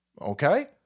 okay